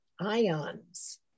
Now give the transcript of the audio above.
ions